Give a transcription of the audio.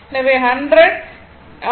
எனவே 100 10 cosine 53